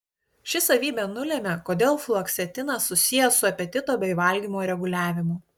ši savybė nulemia kodėl fluoksetinas susijęs su apetito bei valgymo reguliavimu